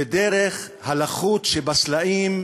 ודרך הלחות שבסלעים,